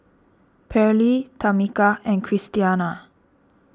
Pairlee Tamika and Christiana